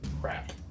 Crap